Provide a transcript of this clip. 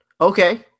okay